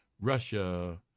Russia